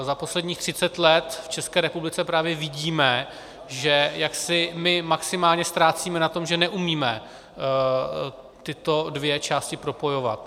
Za posledních 30 let v České republice právě vidíme, že jaksi my maximálně ztrácíme na tom, že neumíme tyto dvě části propojovat.